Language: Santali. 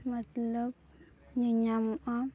ᱢᱚᱛᱞᱚᱵᱽ ᱧᱮᱧ ᱧᱟᱢᱚᱜᱼᱟ